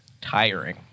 Tiring